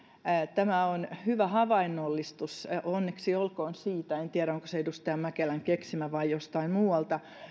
tämä on hyvä havainnollistus onneksi olkoon siitä en tiedä onko se edustaja mäkelän keksimä vai jostain muualta